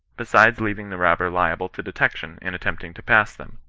besides leaving the robber liable to detection in attempting to pass them,